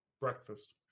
Breakfast